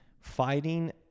fighting